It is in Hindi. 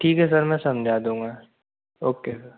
ठीक है सर मैं समझा दूँगा ओके सर